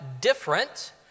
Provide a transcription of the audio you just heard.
different